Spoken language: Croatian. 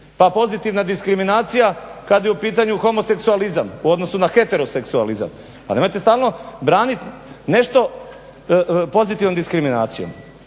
Pa pozitivna diskriminacija kad je u pitanju homoseksualizam u u odnosu na heteroseksualizam. Pa nemojte stalno braniti nešto pozitivnom diskriminacijom.